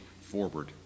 forward